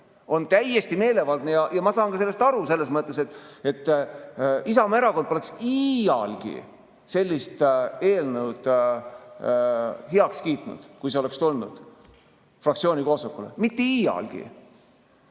on täiesti meelevaldne. Ma saan sellest aru selles mõttes, et Isamaa Erakond poleks iialgi sellist eelnõu heaks kiitnud, kui see oleks tulnud fraktsiooni koosolekule. Mitte iialgi!